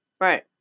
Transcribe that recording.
Right